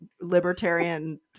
libertarian